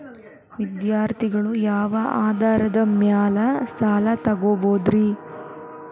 ವಿದ್ಯಾರ್ಥಿಗಳು ಯಾವ ಆಧಾರದ ಮ್ಯಾಲ ಸಾಲ ತಗೋಬೋದ್ರಿ?